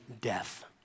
death